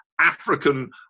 African